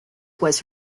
was